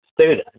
student